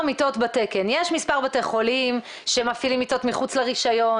של חוק ההתחשבנות בין בתי חולים לקופות חולים,